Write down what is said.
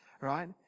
right